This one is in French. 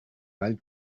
mal